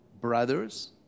brothers